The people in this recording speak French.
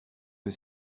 que